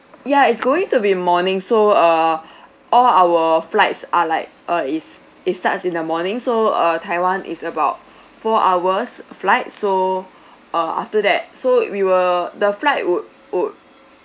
ya is going to be morning so err all our flights are like uh is it starts in the morning so uh taiwan is about four hours flight so uh after that so we will the flight would would